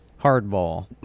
Hardball